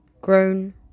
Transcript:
Grown